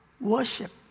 worship